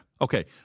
Okay